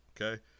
okay